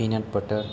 peanut butter